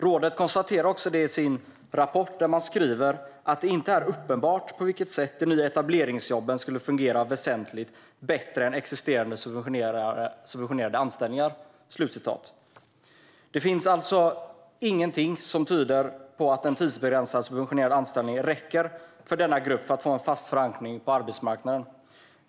Rådet konstaterar också detta i sin rapport och skriver att det inte är uppenbart på vilket sätt de nya etableringsjobben skulle fungera väsentligt bättre än existerande subventionerade anställningar. Det finns alltså ingenting som tyder på att de tidsbegränsade subventionerade anställningarna räcker för att denna grupp ska få en fast förankring på arbetsmarknaden.